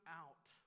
out